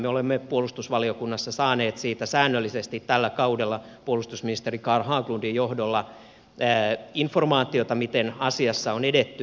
me olemme puolustusvaliokunnassa saaneet siitä säännöllisesti tällä kaudella puolustusministeri carl haglundin johdolla informaatiota miten asiassa on edetty